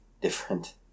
different